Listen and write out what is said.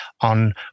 on